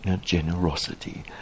generosity